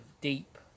deep